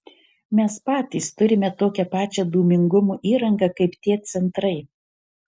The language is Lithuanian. mes patys turime tokią pačią dūmingumo įrangą kaip tie centrai